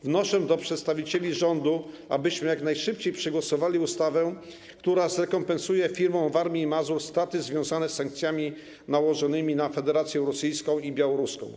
Wnoszę do przedstawicieli rządu, abyśmy jak najszybciej przegłosowali ustawę, która zrekompensuje firmom Warmii i Mazur straty związane z sankcjami nałożonymi na Federację Rosyjską i Białoruską.